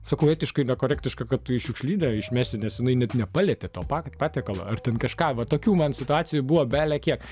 sakau etiškai nekorektiška kad tu į šiukšlinę išmesi nes jinai net nepalietė to pat patiekalą ar ten kažką va tokių man situacijų buvo belekiek